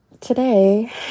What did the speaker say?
today